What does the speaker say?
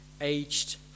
aged